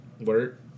Word